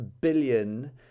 billion